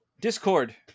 Discord